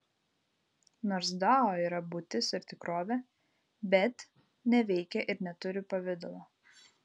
nors dao yra būtis ir tikrovė bet neveikia ir neturi pavidalo